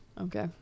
Okay